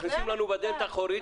מכניסים לנו בדלת האחורית.